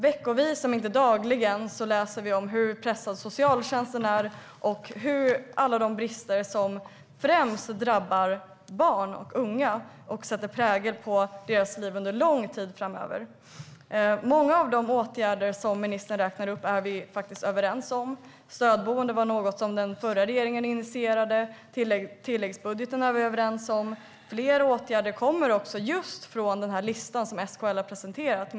Veckovis, om inte dagligen, läser vi om hur pressad socialtjänsten är och hur alla de brister som främst drabbar barn och unga sätter prägel på deras liv under lång tid framöver. Många av de åtgärder ministern räknar upp är vi faktiskt överens om. Stödboende var något den förra regeringen initierade, och tilläggsbudgeten är vi överens om. Fler åtgärder kommer också just från den lista SKL har presenterat.